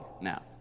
now